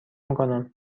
میکنم